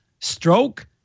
stroke